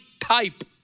type